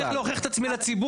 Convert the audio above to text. אני צריך להוכיח את עצמי לציבור.